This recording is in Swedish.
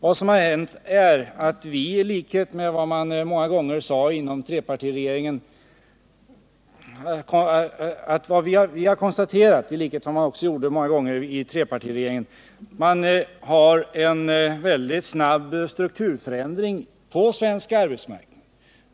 Vad som har hänt är att vi har konstaterat, i likhet med vad man gjorde många gånger i trepartiregeringen, att vi har en väldigt snabb strukturförändring på svensk arbetsmarknad.